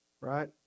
right